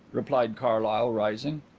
replied carlyle, rising.